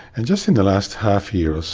just in the last half year or so,